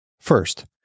First